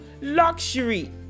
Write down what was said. luxury